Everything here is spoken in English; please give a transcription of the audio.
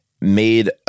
made